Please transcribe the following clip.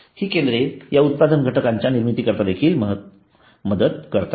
ही केंद्रे या उत्पादन घटकांच्या निर्मितीकरीता देखील मदत करतात